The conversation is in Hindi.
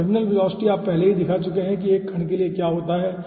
तो टर्मिनल वेलोसिटी आप पहले ही दिखा चुके हैं कि एक कण के लिए क्या होता है